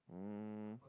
um